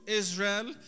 israel